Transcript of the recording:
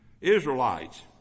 Israelites